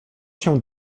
się